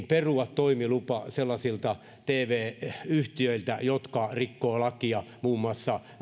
perua toimilupa sellaisilta tv yhtiöiltä jotka rikkovat lakia muun muassa